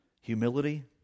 humility